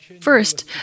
First